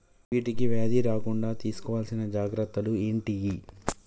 వీటికి వ్యాధి రాకుండా తీసుకోవాల్సిన జాగ్రత్తలు ఏంటియి?